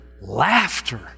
laughter